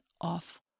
off